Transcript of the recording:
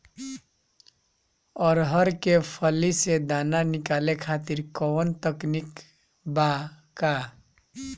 अरहर के फली से दाना निकाले खातिर कवन तकनीक बा का?